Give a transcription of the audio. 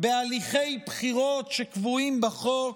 בהליכי בחירות שקבועים בחוק,